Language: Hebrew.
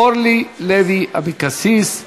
אורלי לוי אבקסיס.